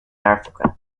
africa